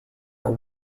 are